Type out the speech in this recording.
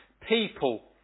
people